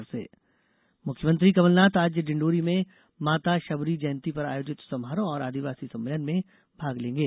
मुख्यमंत्री मुख्यमंत्री कमलनाथ आज झिण्डोरी में माता शबरी जयंती पर आयोजित समारोह और आदिवासी सम्मेलन में भाग लेंगे